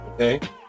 Okay